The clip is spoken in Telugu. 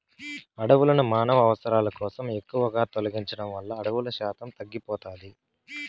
అడవులను మానవ అవసరాల కోసం ఎక్కువగా తొలగించడం వల్ల అడవుల శాతం తగ్గిపోతాది